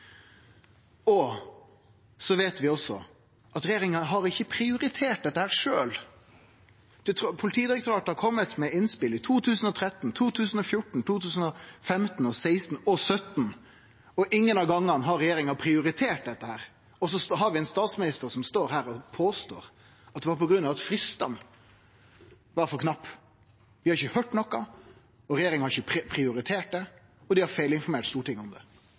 Og så har vi ein statsminister som står her og påstår at det var på grunn av at fristane var for knappe. Vi har ikkje høyrt noko, regjeringa har ikkje prioritert det, og dei har feilinformert Stortinget om det.